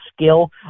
skill